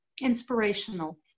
inspirational